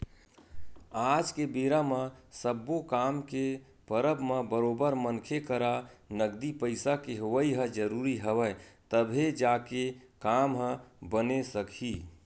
आज के बेरा म सब्बो काम के परब म बरोबर मनखे करा नगदी पइसा के होवई ह जरुरी हवय तभे जाके काम ह बने सकही